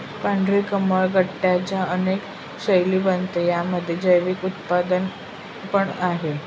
पांढरे कमळ गट्ट्यांच्या अनेक शैली बनवते, यामध्ये जैविक उत्पादन पण आहे